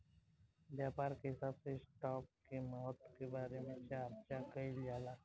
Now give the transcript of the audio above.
व्यापार के हिसाब से स्टॉप के महत्व के बारे में चार्चा कईल जाला